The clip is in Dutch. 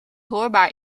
hoorbaar